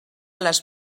les